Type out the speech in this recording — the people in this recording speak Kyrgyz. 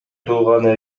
тууганы